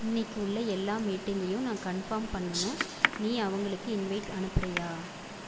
இன்னிக்கு உள்ள எல்லா மீட்டிங்கையும் நான் கன்ஃபர்ம் பண்ணணும் நீ அவங்களுக்கு இன்வைட் அனுப்புறியா